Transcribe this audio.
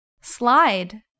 Slide